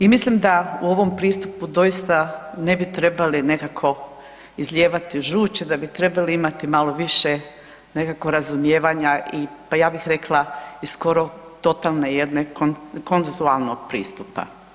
I mislim da u ovom pristupu doista ne bi trebali nekako izlijevati žuč, da bi trebali imat malo više nekako razumijevanja i pa ja bi rekla i skoro totalno jednog konsenzualnog pristupa.